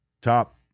top